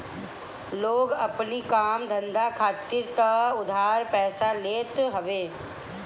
लोग अपनी काम धंधा खातिर तअ उधार पइसा लेते हवे